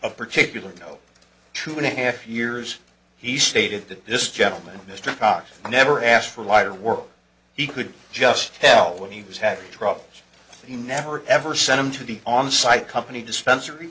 a particular you know two and a half years he stated that this gentleman mr cox never asked for wider work he could just tell when he was having trouble he never ever sent him to the on site company dispens